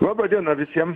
laba diena visiem